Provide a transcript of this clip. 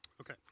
Okay